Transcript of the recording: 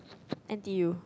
N_T_U